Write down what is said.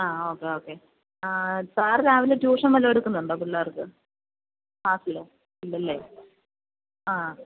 ആ okay okay sir രാവിലെ ട്യൂഷന് വല്ലോം എടുക്കുന്നുണ്ടോ പിള്ളേര്ക്ക് ക്ലാസിൽ ഇല്ലല്ലേ ആ